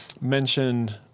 mentioned